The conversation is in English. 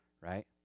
right